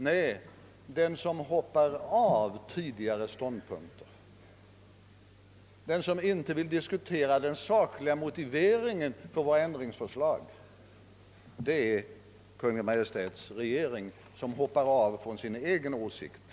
Nej, den som hoppar av från tidigare ståndpunkter och inte vill diskutera den sakliga motiveringen för våra ändringsförslag är Kungl. Maj:ts regering. Den hoppar av från sitt eget förslag.